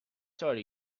thirty